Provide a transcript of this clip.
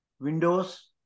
windows